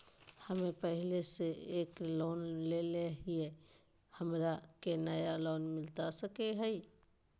हमे पहले से एक लोन लेले हियई, हमरा के नया लोन मिलता सकले हई?